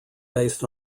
based